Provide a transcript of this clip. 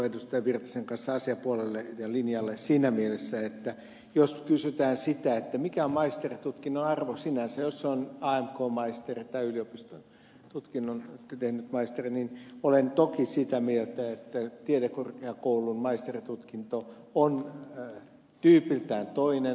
pertti virtasen kanssa asiapuolelle ja linjalle siinä mielessä että jos kysytään sitä mikä on maisteritutkinnon arvo sinänsä jos se on amk maisteri tai yliopistotutkinnon tehnyt maisteri niin olen toki sitä mieltä että tiedekorkeakoulun maisteritutkinto on tyypiltään toinen